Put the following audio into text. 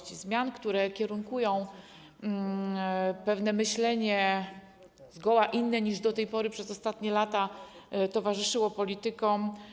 Chodzi o zmiany, które kierunkują pewne myślenie zgoła inne, niż do tej pory, przez ostatnie lata towarzyszyło politykom.